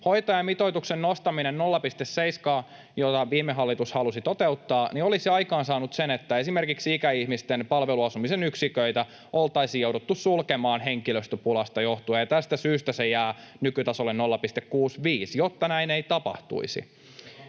Hoitajamitoituksen nostaminen 0,7:ään, jota viime hallitus halusi toteuttaa, olisi aikaansaanut sen, että esimerkiksi ikäihmisten palveluasumisen yksiköitä oltaisiin jouduttu sulkemaan henkilöstöpulasta johtuen, ja tästä syystä se jää nykytasolle 0,65, jotta näin ei tapahtuisi.